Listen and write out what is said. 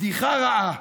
בדיחה רעה.